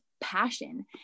passion